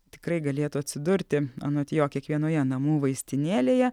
tikrai galėtų atsidurti anot jo kiekvienoje namų vaistinėlėje